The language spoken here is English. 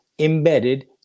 embedded